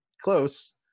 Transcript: close